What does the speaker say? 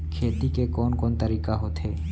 खेती के कोन कोन तरीका होथे?